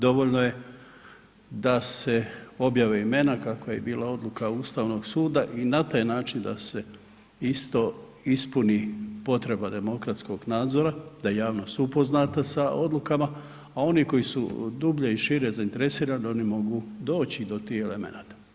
Dovoljno je da se objave imena kakva je bila odluka Ustavnog suda i na taj način da se isto ispuni potreba demokratskog nadzora, da je javnost upoznata sa odlukama, a oni koji su dublje i šire zainteresirani oni mogu doći do tih elemenata.